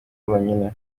bonyine